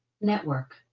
network